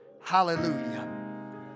Hallelujah